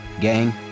Gang